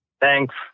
Thanks